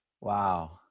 wow